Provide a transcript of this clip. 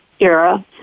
era